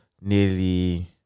Nearly